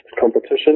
competition